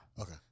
Okay